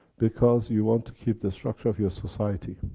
because you want to keep the structure of your society.